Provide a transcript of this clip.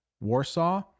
warsaw